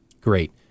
Great